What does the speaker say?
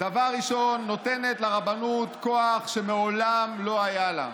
דבר ראשון, נותנת לרבנות כוח שמעולם לא היה לה.